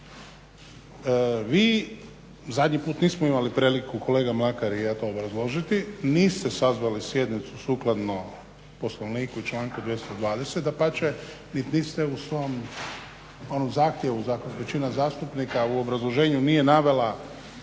Zadnji put nismo imali priliku kolega Mlakar i ja to obrazložiti, niste sazvali sjednicu sukladno Poslovniku i članku 220., dapače nit niste u svom onom zahtjevu većine zastupnika u obrazloženju nije navela